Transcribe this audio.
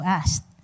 asked